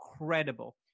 incredible